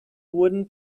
wooden